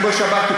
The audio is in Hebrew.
כמו שאמרתי,